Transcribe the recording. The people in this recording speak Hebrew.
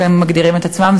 והם מגדירים בה את עצמם,